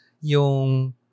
yung